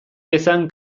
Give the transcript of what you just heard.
bezain